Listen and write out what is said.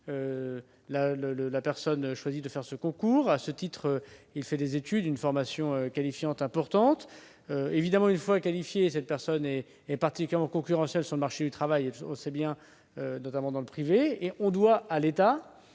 La personne choisit de passer ce concours et, à ce titre, acquiert une formation qualifiante importante. Évidemment, une fois qualifiée, cette personne est particulièrement concurrentielle sur le marché du travail, notamment dans le privé. Elle doit donc à l'État